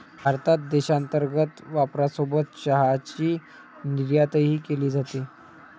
भारतात देशांतर्गत वापरासोबत चहाची निर्यातही केली जाते